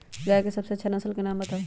गाय के सबसे अच्छा नसल के नाम बताऊ?